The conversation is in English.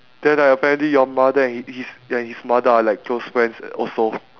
then like apparently your mother and h~ his ya his mother are like close friends also